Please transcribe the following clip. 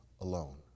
alone